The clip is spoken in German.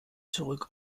zurück